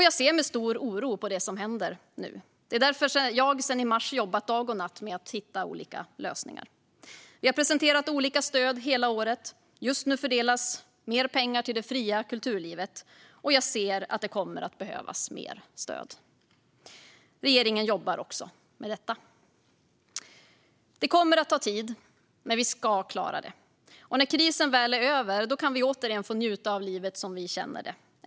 Jag ser med stor oro på det som händer nu. Det är därför jag sedan i mars jobbat dag och natt med att hitta olika lösningar. Vi har presenterat olika stöd hela året. Just nu fördelas mer pengar till det fria kulturlivet, och jag ser att det kommer att behövas mer stöd. Regeringen jobbar också med detta. Det kommer att ta tid, men vi ska klara det. När krisen väl är över kan vi återigen få njuta av livet som vi känner det.